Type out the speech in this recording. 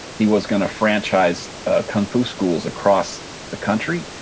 he was going to franchise kung fu schools across the country.